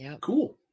Cool